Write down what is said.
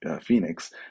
phoenix